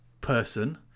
person